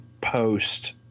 post-